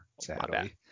sadly